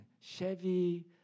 Chevy